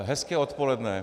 Hezké odpoledne.